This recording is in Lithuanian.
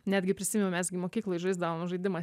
netgi prisimenu mes gi mokykloj žaisdavom žaidimą